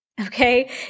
okay